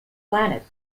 planet